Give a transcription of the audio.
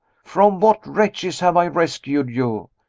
from what wretches have i rescued you?